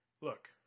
Look